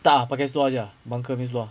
tak ah pakai seluar jer ah bunker dengan seluar